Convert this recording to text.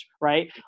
right